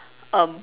um